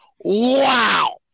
Wow